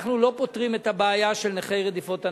אנחנו לא פותרים את הבעיה של נכי רדיפות הנאצים.